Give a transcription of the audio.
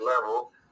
level